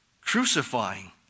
crucifying